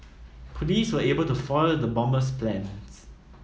police were able to foil the bomber's plans